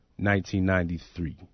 1993